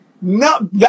No